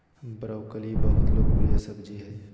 broccoli बहुत लोकप्रिय सब्जी हइ